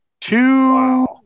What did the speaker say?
Two